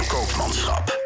Koopmanschap